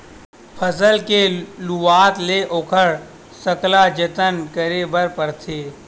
फसल के लुवावत ले ओखर सकला जतन करे बर परथे